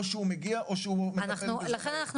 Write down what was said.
או שהוא מגיע או שהוא --- אופיר אני